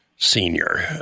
senior